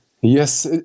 Yes